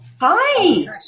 Hi